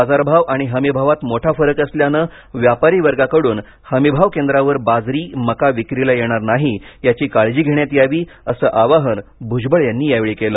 बाजारभाव आणि हमीभावात मोठा फरक असल्यानं व्यापारी वर्गाकडून हमीभाव केंद्रावर बाजरी मका विक्रीला येणार नाही याची काळजी घेण्यात यावी असं आवाहन भुजबळ यांनी यावेळी केलं